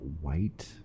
White